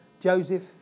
Joseph